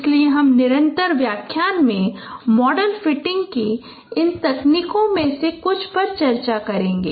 इसलिए हम निरंतर व्याख्यान में मॉडल फिटिंग की इन तकनीकों में से कुछ पर चर्चा करेंगे